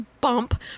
bump